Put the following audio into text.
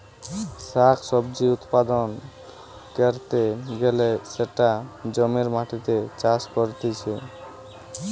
শাক সবজি উৎপাদন ক্যরতে গ্যালে সেটা জমির মাটিতে চাষ করতিছে